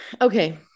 Okay